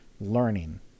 learning